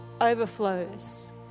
overflows